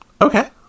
Okay